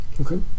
Okay